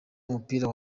umupira